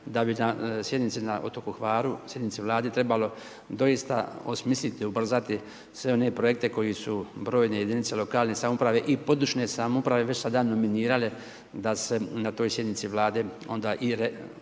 da bi na sjednici na otoku Hvaru, sjednici Vlade trebalo doista osmisliti, ubrzati sve one projekte, koji su brojne jedinice lokalne samouprave, i područne samouprave, već sada nominirane, da se na toj sjednici vlade, onda i